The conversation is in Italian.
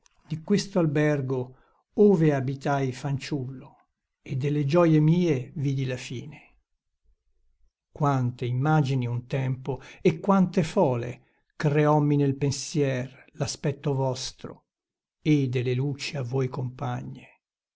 di questo albergo ove abitai fanciullo e delle gioie mie vidi la fine quante immagini un tempo e quante fole creommi nel pensier l'aspetto vostro e delle luci a voi compagne